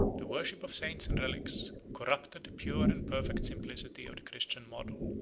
the worship of saints and relics corrupted the pure and perfect simplicity of the christian model